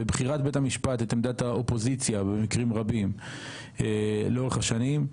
בבחירת בית המשפט את עמדת האופוזיציה במקרים רבים לאורך השנים,